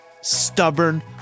Stubborn